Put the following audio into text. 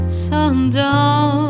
sundown